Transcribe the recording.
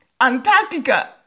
antarctica